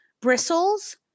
bristles